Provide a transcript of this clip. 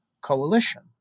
coalition